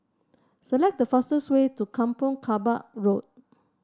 select the fastest way to Kampong Kapor Road